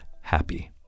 happy